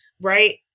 right